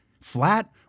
Flat